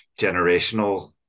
generational